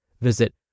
Visit